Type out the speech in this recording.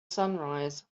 sunrise